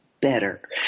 better